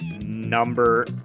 Number